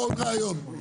עוד רעיון.